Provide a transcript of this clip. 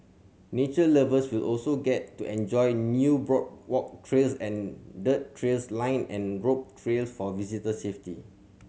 nature lovers will also get to enjoy new boardwalk trails and dirt trails lined and rope for visitor safety